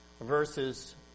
verses